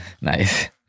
Nice